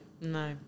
No